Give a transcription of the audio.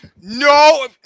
No